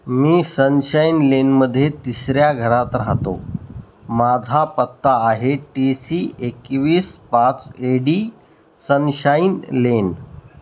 मी sunshine लेनमध्ये तिसऱ्या घरात राहतो माझा पत्ता आहे टीसी एकवीस पाच एडी सनशाईन लेन